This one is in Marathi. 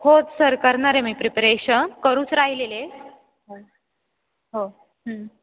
हो सर करणारे मी प्रिपरेशन करूच राहिलेले हो हो